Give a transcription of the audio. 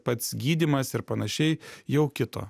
pats gydymas ir panašiai jau kito